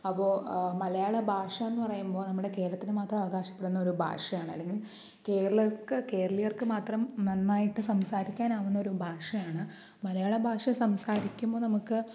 അപ്പോൾ മലയാള ഭാഷ എന്നു പറയുമ്പോൾ നമ്മുടെ കേരളത്തിന് മാത്രം അവകാശപ്പെടുന്ന ഒരു ഭാഷയാണ് അല്ലെങ്കിൽ കേരളർക്ക് കേരളീയർക്ക് മാത്രം നന്നായിട്ട് സംസാരിക്കാൻ ആവുന്ന ഒരു ഭാഷയാണ് മലയാള ഭാഷ സംസാരിക്കുമ്പോൾ നമുക്ക്